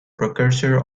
precursor